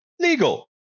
legal